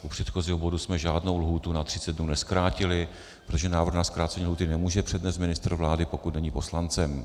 U předchozího bodu jsme žádnou lhůtu na 30 dnů nezkrátili, protože návrh na zkrácení lhůty nemůže přednést ministr vlády, pokud není poslancem.